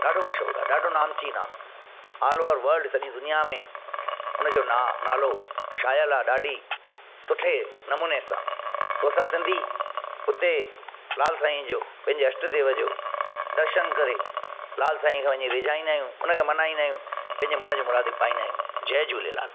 ॾाढो मशहूरु आहे ॾाढो नामचीन आहे ऑल ओवर वल्ड सॼी दुनिया में हुन जो ना नालो शायल आहे ॾाढी सुठे नमूने सां सो सां सिंधी हुते लाल साईं जो पंहिंजे अष्टदेव जो दर्शन करे लाल साईं खे वञी रिझाईंदा आहियूं हुन खे मल्हाईंदा आहियूं पंहिंजे मन जूं मुरादियूं पाईंदा आहियूं जय झूलेलाल